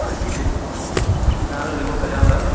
हा जीपे नालो लिखो कल्याण दास